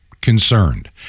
concerned